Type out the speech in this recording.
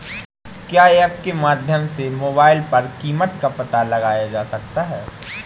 क्या ऐप के माध्यम से मोबाइल पर कीमत का पता लगाया जा सकता है?